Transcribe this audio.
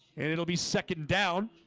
and it'll be second down